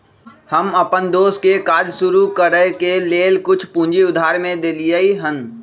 हम अप्पन दोस के काज शुरू करए के लेल कुछ पूजी उधार में देलियइ हन